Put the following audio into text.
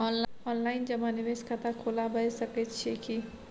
Online जमा निवेश खाता खुलाबय सकै छियै की?